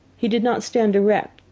he did not stand erect,